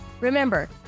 Remember